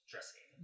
Dressing